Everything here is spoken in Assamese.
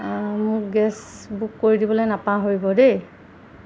মোক গেছ বুক কৰি দিবলৈ নাপাহৰিব দেই